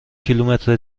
کیلومتر